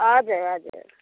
हजुर हजुर